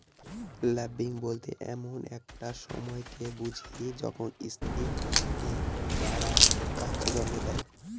lambing বলতে এমন একটা সময়কে বুঝি যখন স্ত্রী ভেড়ারা বাচ্চা জন্ম দেয়